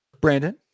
Brandon